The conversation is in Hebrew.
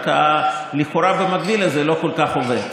רק שה"לכאורה במקביל" הזה לא כל כך עובד.